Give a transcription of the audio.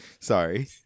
Sorry